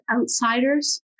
outsiders